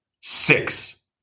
six